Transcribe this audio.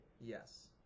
Yes